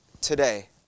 today